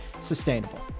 sustainable